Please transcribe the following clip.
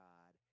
God